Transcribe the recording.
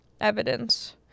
evidence